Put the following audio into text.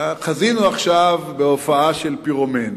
חזינו עכשיו בהופעה של פירומן.